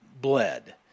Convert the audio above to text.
bled